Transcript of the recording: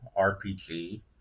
RPG